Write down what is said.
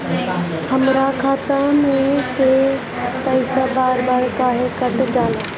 हमरा खाता में से पइसा बार बार काहे कट जाला?